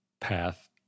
path